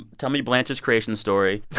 tell me blanche's creation story